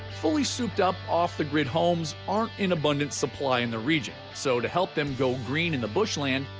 fully souped-up off-the-grid homes aren't in abundant supply in the region, so to help them go green in the bushland,